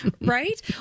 Right